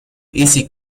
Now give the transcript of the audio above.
easy